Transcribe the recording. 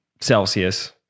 celsius